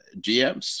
GMs